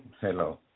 Hello